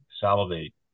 salivate